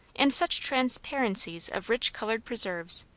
and such transparencies of rich-coloured preserves,